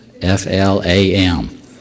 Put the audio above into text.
F-L-A-M